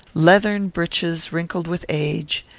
leathern breeches wrinkled with age,